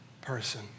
person